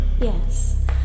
Yes